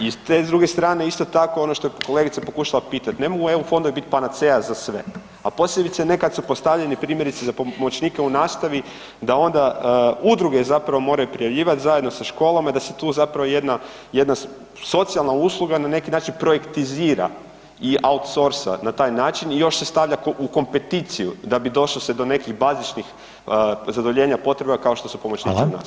I s te druge strane isto tako ono što je kolegica pokušala pitat, ne mogu EU fondovi biti panacea za sve, a posebice ne kad su postavljeni primjerice za pomoćnike u nastavi da onda udruge zapravo moraju prijavljivati zajedno sa školama i da se tu zapravo jedna, jedna socijalna usluga na neki način projektizira i outsoursa na taj način i još se stavlja u kompeticiju da bi došlo se do nekih bazičnih zadovoljenja potreba kao što su pomoćnici u nastavi.